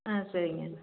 ஆ சரிங்க